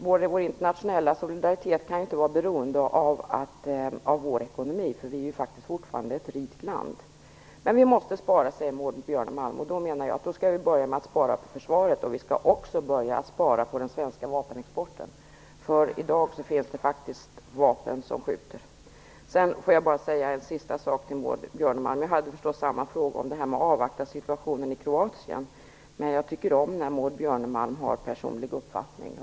Vår internationella solidaritet kan inte vara beroende av vår ekonomi. Vi är faktiskt fortfarande ett rikt land. Vi måste spara, säger Maud Björnemalm. Jag menar då att vi skall börja med att spara på försvaret och den svenska vapenexporten. I dag finns det faktiskt vapen som skjuter. Jag vill bara säga en sista sak till Maud Björnemalm. Jag hade samma fråga som Rose-Marie Frebran om detta med att avvakta situationen i Kroatien. Jag tycker om när Maud Björnemalm har en personlig uppfattning.